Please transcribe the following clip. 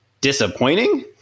disappointing